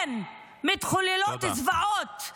כן, מתחוללות זוועות -- תודה.